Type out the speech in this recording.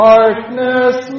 Darkness